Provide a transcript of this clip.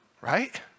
Right